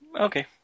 Okay